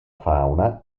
fauna